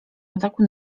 ataku